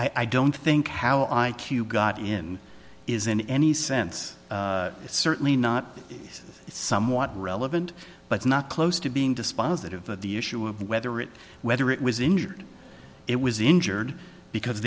i don't think how i q got in is in any sense certainly not somewhat relevant but not close to being dispositive of the issue of whether it whether it was injured it was injured because